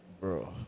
Bro